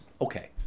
okay